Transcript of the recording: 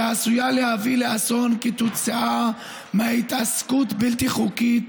שעשויה להביא לאסון כתוצאה מהתעסקות בלתי חוקית